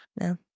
No